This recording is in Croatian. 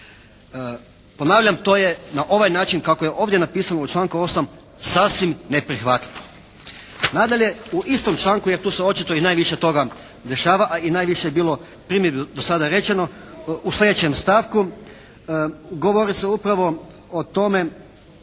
Ponavljam, to je na ovaj način kako je ovdje napisano u članku 8. sasvim neprihvatljivo. Nadalje, u istom članku, jer tu se očito i najviše toga dešava, a i najviše je bilo primjedbi do sada rečeno u sljedećem stavku, govori se upravo o tome